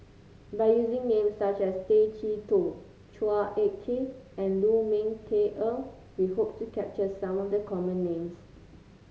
by using names such as Tay Chee Toh Chua Ek Kay and Lu Ming Teh Earl we hope to capture some of the common names